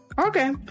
Okay